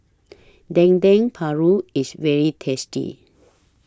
Dendeng Paru IS very tasty